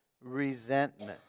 resentment